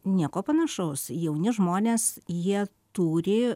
nieko panašaus jauni žmonės jie turi